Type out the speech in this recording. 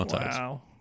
Wow